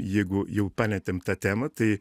jeigu jau palietėm tą temą tai